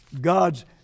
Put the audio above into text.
God's